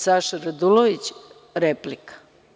Saša Radulović, replika.